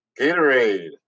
Gatorade